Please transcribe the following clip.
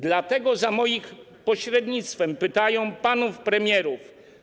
Dlatego za moim pośrednictwem pytają oni panów premierów: